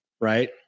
right